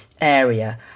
area